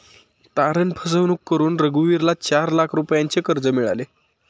तारण फसवणूक करून रघुवीरला चार लाख रुपयांचे कर्ज मिळाले